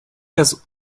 das